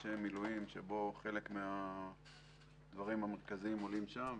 אנשי מילואים חלק מהדברים המרכזיים עולים שם.